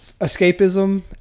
escapism